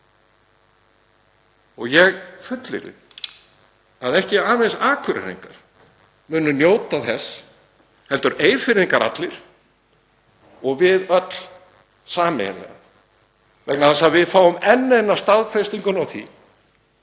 Ég fullyrði að ekki aðeins Akureyringar munu njóta þess heldur Eyfirðingar allir og við öll sameiginlega vegna þess að við fáum enn eina staðfestinguna á því